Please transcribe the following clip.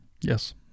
Yes